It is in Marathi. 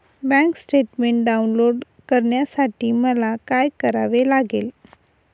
बँक स्टेटमेन्ट डाउनलोड करण्यासाठी मला काय करावे लागेल?